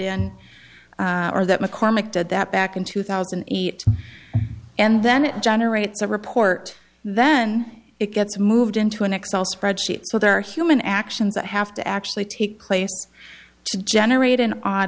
in or that mccormick did that back in two thousand and eight and then it generates a report then it gets moved into an excel spreadsheet so there are human actions that have to actually take place to generate an